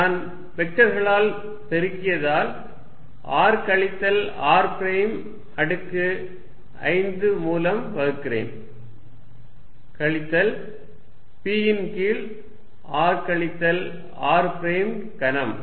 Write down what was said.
நான் வெக்டர்களால் பெருகியதால் r கழித்தல் r பிரைம் அடுக்கு 5 மூலம் வகுக்கிறேன் கழித்தல் p ன் கீழ் r கழித்தல் r பிரைம் கனம்